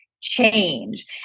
change